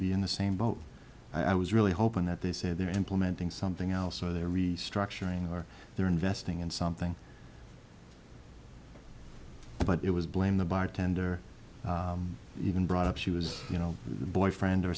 be in the same boat i was really hoping that they say they're implementing something else so they're restructuring or they're investing in something but it was blame the bartender even brought up she was you know a boyfriend or